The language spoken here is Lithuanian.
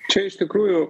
čia iš tikrųjų